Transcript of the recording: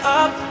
up